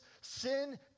sin